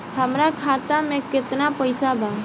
हमार खाता में केतना पैसा बा?